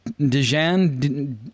Dejan